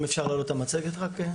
אם אפשר להעלות את המצגת רק.